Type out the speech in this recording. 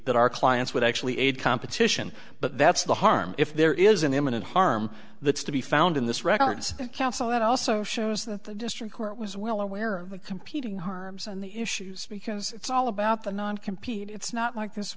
that our clients would actually aid competition but that's the harm if there is an imminent harm that's to be found in this records council that also shows that the district court was well aware of the competing harms and the issues because it's all about the non compete it's not like this